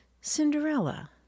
Cinderella